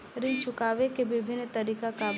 ऋण चुकावे के विभिन्न तरीका का बा?